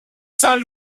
saint